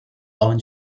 own